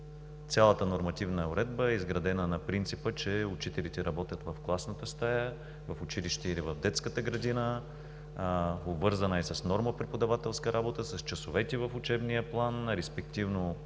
Цялата нормативна наредба е изградена на принципа, че учителите работят в класната стая, в училище или в детската градина, обвързана е с норма на преподавателска работа, с часовете в учебния план, респективно с